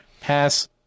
pass